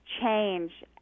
change